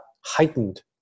heightened